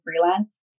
freelance